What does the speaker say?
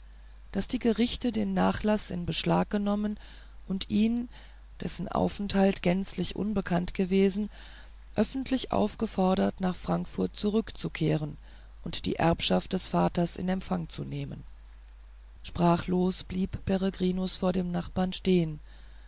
daß die gerichte den nachlaß in beschlag genommen und ihn dessen aufenthalt gänzlich unbekannt gewesen öffentlich aufgefordert nach frankfurt zurückzukehren und die erbschaft des vaters in empfang zu nehmen sprachlos blieb peregrinus vor dem nachbar stehen